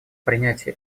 принятие